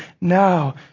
Now